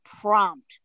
Prompt